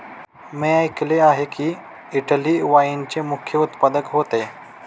मी ऐकले आहे की, इटली वाईनचे मुख्य उत्पादक होते